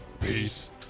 Peace